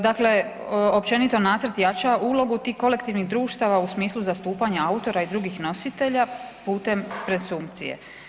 Dakle, općenito nacrt jača ulogu tih kolektivnih društava u smislu zastupanja autora i drugih nositelja putem presumpcije.